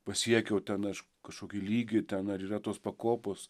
pasiekiau ten aš kažkokį lygį ten ar yra tos pakopos